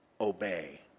Obey